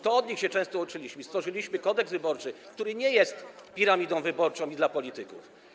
To od nich się często uczyliśmy i stworzyliśmy Kodeks wyborczy, który nie jest piramidą wyborczą i nie jest dla polityków.